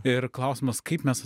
ir klausimas kaip mes